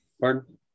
Pardon